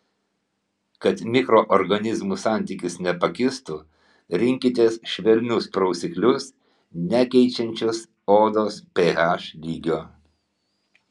kad mikroorganizmų santykis nepakistų rinkitės švelnius prausiklius nekeičiančius odos ph lygio